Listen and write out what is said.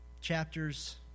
chapters